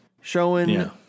showing